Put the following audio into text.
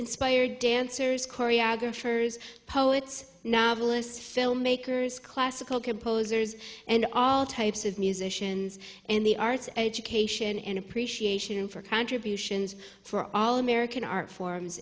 inspired dancers choreographers poets novelists filmmakers classical composers and all types of musicians and the arts education an appreciation for contributions for all american art forms